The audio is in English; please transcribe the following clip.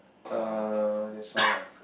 err that's all lah